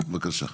בבקשה.